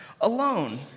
alone